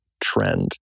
trend